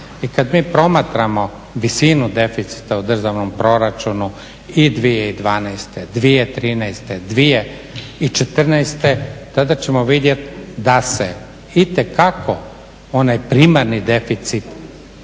I kad mi promatramo visinu deficita u državnom proračunu i 2012., 2013., 2014. tada ćemo vidjeti da se itekako onaj primarni deficit